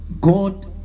god